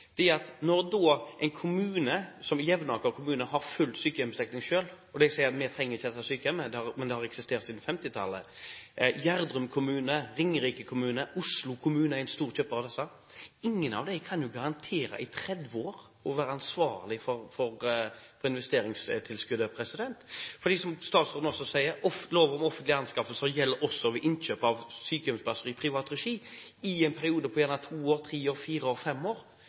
at en kommune som Jevnaker som har full sykehjemsdekning, sier at de ikke trenger dette sykehjemmet, men det har eksistert siden 1950-tallet. Gjerdrum kommune, Ringerike kommune og Oslo kommune er store kjøpere av tjenester, men ingen av dem kan jo garantere i 30 år å være ansvarlig for investeringstilskuddet, for – som statsråden også sier – lov om offentlige anskaffelser gjelder også ved innkjøp av sykehjemsplasser i privat regi, i en periode på gjerne ett, to, tre, fire og fem år.